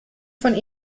von